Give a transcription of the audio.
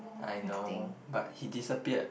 I know but he disappeared